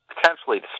potentially